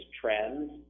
trends